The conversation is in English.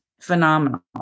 phenomenal